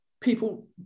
people